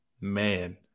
man